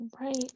Right